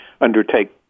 undertake